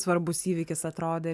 svarbus įvykis atrodė